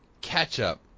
ketchup